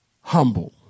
humble